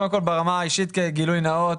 קודם כל, ברמה האישית גילוי נאות.